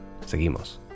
seguimos